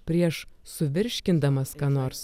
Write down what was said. prieš suvirškindamas ką nors